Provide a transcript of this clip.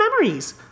memories